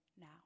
now